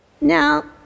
Now